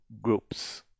groups